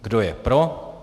Kdo je pro?